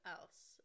else